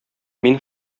мин